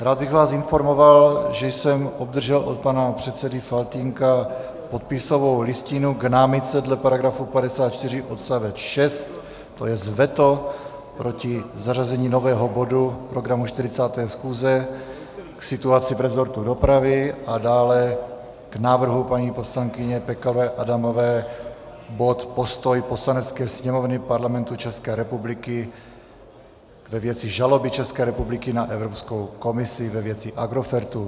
Rád bych vás informoval, že jsem obdržel od pana předsedy Faltýnka podpisovou listinu k námitce dle § 54 odst. 6, to jest veto proti zařazení nového bodu do programu 40. schůze k situaci v resortu dopravy, a dále k návrhu poslankyně Pekarové Adamové, bod Postoj Poslanecké sněmovny Parlamentu České republiky ve věci žaloby České republiky na Evropskou komisi ve věci Agrofertu.